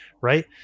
right